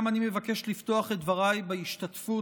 גם אני מבקש לפתוח את דבריי בהשתתפות